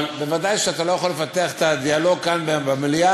אבל ודאי שאתה לא יכול לפתח את הדיאלוג כאן במליאה,